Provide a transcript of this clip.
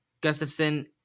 Gustafson